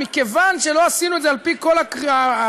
מכיוון שלא עשינו את זה על-פי כל הפרוטוקול,